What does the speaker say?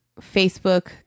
Facebook